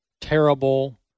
terrible